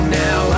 now